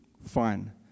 fine